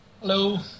Hello